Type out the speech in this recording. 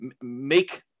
make